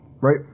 right